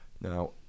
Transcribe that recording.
Now